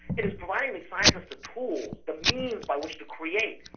it is providing these scientists the tools, the means by which to create,